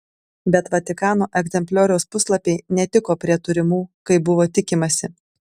bet vatikano egzemplioriaus puslapiai netiko prie turimų kaip buvo tikimasi